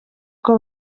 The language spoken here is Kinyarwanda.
uko